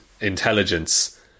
intelligence